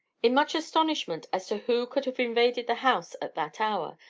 in much astonishment as to who could have invaded the house at that hour,